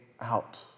out